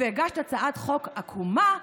והגשת הצעת חוק עקומה,